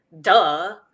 Duh